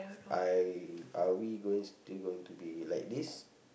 I are we going still going to be like this